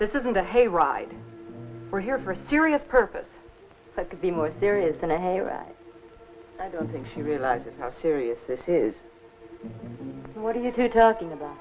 this isn't a hay ride we're here for serious purpose but the more serious and i hate that i don't think she realizes how serious this is what are you talking about